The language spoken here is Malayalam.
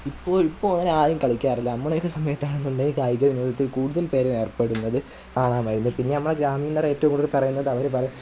ഇപ്പോൾ ഇപ്പോൾ അങ്ങനെ ആരും കളിക്കാറില്ല നമ്മളെയൊക്കെ സമയത്താണെന്നുണ്ടേൽ കായികവിനോദത്തിൽ കൂടുതൽ പേരും ഏർപ്പെടുന്നതു കാണാമായിരുന്നു പിന്നെ നമ്മളുടെ ഗ്രാമീണരേറ്റവും കൂടുതൽ പറയുന്നത് അവർ പറ